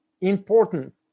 important